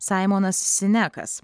saimonas sinekas